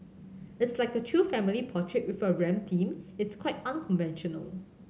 it's like a chill family portrait with a rap theme it's quite unconventional